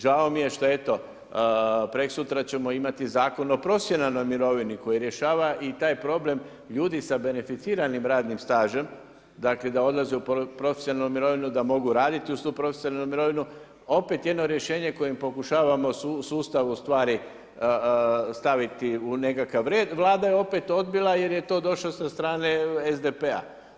Žao mi je šta eto, preksutra će imat Zakon o profesionalnoj mirovini koji rješava taj problem ljudi sa beneficiranim radnim stažem, dakle da odlaze u profesionalnu mirovinu da mogu raditi uz tu profesionalnu mirovinu, opet jedno rješenje kojim pokušavamo u sustavu stvari staviti u nekakav red, Vlada je opet odbila jer je to došlo sa strane SDP-a.